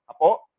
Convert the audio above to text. Apo